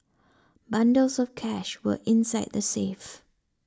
bundles of cash were inside the safe